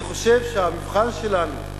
אני חושב שהמבחן שלנו,